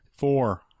Four